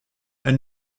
elle